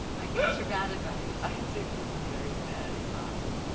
give us your bad advice. i took the very bad advice.